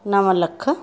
नव लख